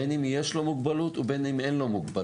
בין אם יש לו מוגבלות ובין אם אין לו מוגבלות,